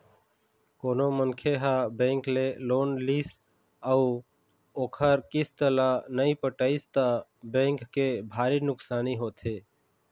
कोनो मनखे ह बेंक ले लोन लिस अउ ओखर किस्त ल नइ पटइस त बेंक के भारी नुकसानी होथे